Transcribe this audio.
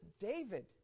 David